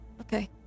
Okay